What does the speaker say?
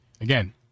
Again